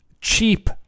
cheap